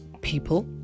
people